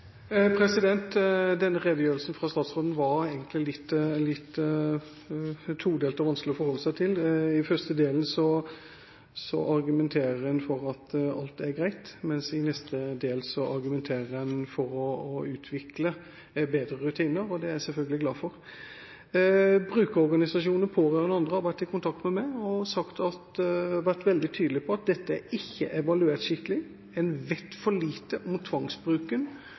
I den første delen argumenterer en for at alt er greit, mens i neste del argumenterer en for å utvikle bedre rutiner – og det er jeg selvfølgelig glad for. Brukerorganisasjoner, pårørende og andre har vært i kontakt med meg og vært veldig tydelige på at dette ikke er evaluert skikkelig. En vet for lite om tvangsbruken